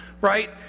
right